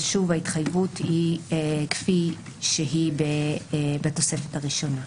כפי שהיא בתוספת הראשונה.